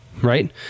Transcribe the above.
Right